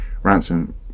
Ransom